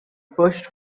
pushed